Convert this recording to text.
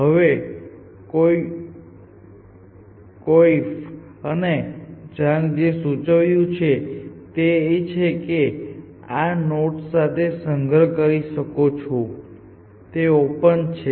હવે કોર્ફ અને ઝાંગે જે સૂચવ્યું તે એ છે કે તમે આ નોડ્સ સાથે સંગ્રહ કરી શકો છો તે ઓપન છે